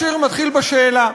השיר מתחיל בשאלה: